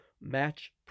match